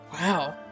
Wow